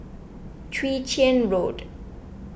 Chwee Chian Road